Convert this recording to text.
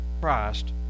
Christ